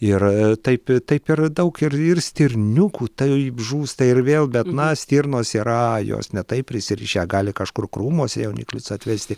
ir taip taip ir daug ir ir stirniukų taip žūsta ir vėl bet na stirnos yra jos ne taip prisirišę gali kažkur krūmuose jauniklius atvesti